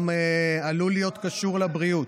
לא קשור לבריאות,